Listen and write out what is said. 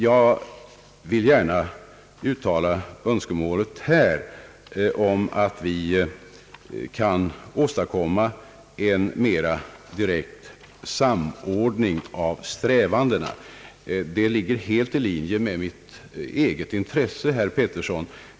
Jag hoppas att vi sko”l kunna åstadkomma en mera direkt samordning av strävandena på området — en sådan utveckling ligger helt i linje med mina önskemål, herr Pettersson.